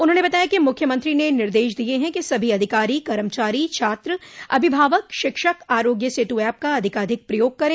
उन्होंने बताया कि मुख्यमंत्री ने निर्देश दिये हैं कि सभी अधिकारी कर्मचारी छात्र अभिभावक शिक्षक आरोग्य सेतु ऐप का आधिकाधिक प्रयोग करे